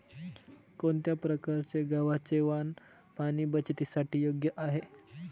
कोणत्या प्रकारचे गव्हाचे वाण पाणी बचतीसाठी योग्य आहे?